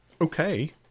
Okay